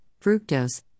fructose